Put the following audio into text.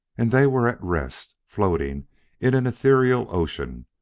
and they were at rest, floating in an ethereal ocean,